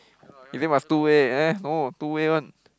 you say must two way eh no two way one